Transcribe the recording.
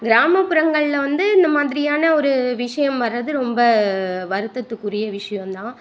கிராமப்புறங்களில் வந்து இந்த மாதிரியான ஒரு விஷயம் வர்றது ரொம்ப வருத்தத்துக்குரிய விஷயம் தான்